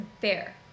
fair